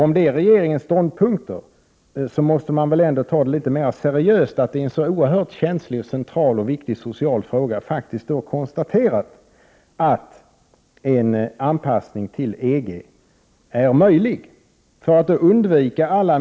Om det är regeringens ståndpunkter måste man väl ändå ta det litet mer seriöst att regeringen i en så oerhört känslig, central och viktig social fråga konstaterar att anpassning till EG är möjlig.